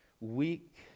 weak